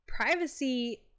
privacy